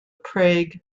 prague